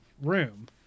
room